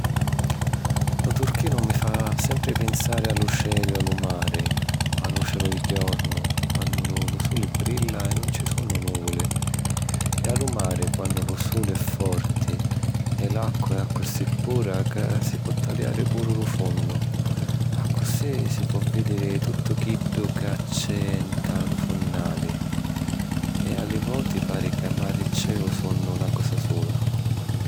Lu turchinu mi fa sempri pinsari a lu celu e a lu mari... A lu celu di jornu, quannu lu suli brilla e nun ci sunnu nùvuli, e a lu mari quannu lu suli è forti e l’acqua è accussì pura ca si po taliari puru lu funnu. Accussì si po vìdiri tuttu chiddu ca c’è nta lu funnali e a li voti pari ca mari e celu sunnu na cosa sula.